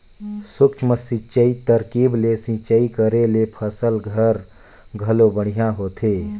सूक्ष्म सिंचई तरकीब ले सिंचई करे ले फसल हर घलो बड़िहा होथे